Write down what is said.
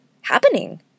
happening